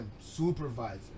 supervisor